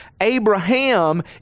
Abraham